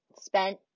spent